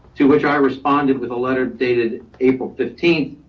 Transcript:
to which i responded with a letter dated april fifteenth.